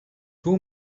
two